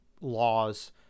laws